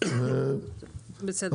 בסדר.